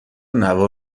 نوار